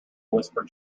whispered